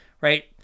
Right